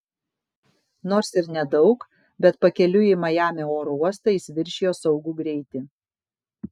nors ir nedaug bet pakeliui į majamio oro uostą jis viršijo saugų greitį